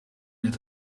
het